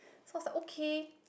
so I was like okay